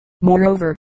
Moreover